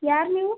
ಯಾರು ನೀವು